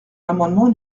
l’amendement